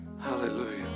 Hallelujah